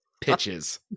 pitches